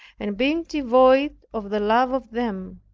and being devoid of the love of them,